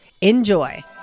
Enjoy